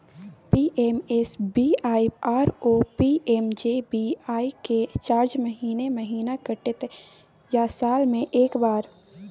PMSBY आरो PMJBY के charge महीने महीना कटते या साल म एक बेर?